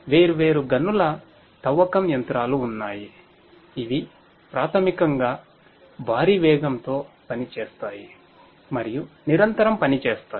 వేర్వేరు గనుల తవ్వకం యంత్రాలు ఉన్నాయి ఇవి ప్రాథమికంగా భారీ వేగంతో పనిచేస్తాయి మరియు నిరంతరం పనిచేస్తాయి